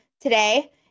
today